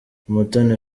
umutoni